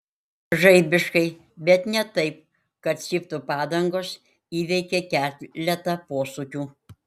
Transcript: žaibiškai bet ne taip kad cyptų padangos įveikė keletą posūkių